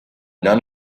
none